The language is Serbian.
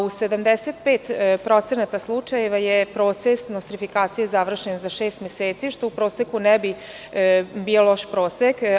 U 75% slučajeva je proces nostrifikacije završen za šest meseci, što u proseku ne bi bio loš prosek.